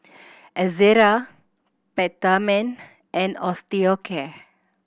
Ezerra Peptamen and Osteocare